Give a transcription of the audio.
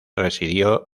residió